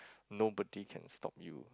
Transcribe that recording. nobody can stop you